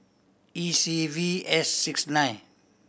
E C V S six nine